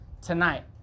tonight